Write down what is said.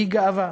והיא גאווה.